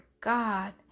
God